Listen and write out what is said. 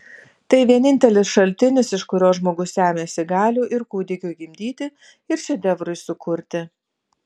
tai vienintelis šaltinis iš kurio žmogus semiasi galių ir kūdikiui gimdyti ir šedevrui sukurti